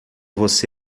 você